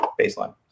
baseline